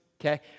okay